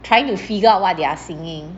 trying to figure out what they are singing